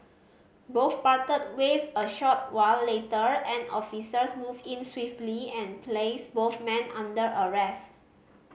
both parted ways a short while later and officers moved in swiftly and placed both men under arrest